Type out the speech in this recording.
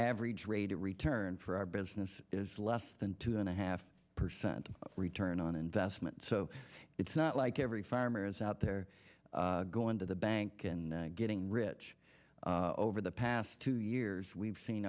average rate of return for our business is less than two and a half percent return on investment so it's not like every farmer is out there going to the bank and getting rich over the past two years we've seen